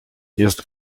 jest